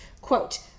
quote